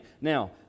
Now